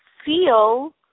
Feel